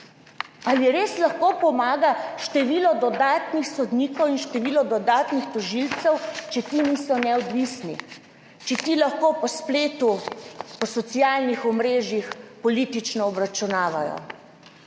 Ali res lahko pomaga število dodatnih sodnikov in število dodatnih tožilcev, če ti niso neodvisni, če ti lahko po spletu, po socialnih omrežjih politično obračunavajo.